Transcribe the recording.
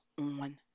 on